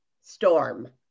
storm